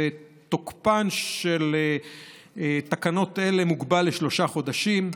תוקפן של תקנות אלה מוגבל לשלושה חודשים.